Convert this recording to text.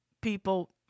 people